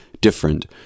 different